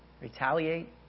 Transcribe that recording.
retaliate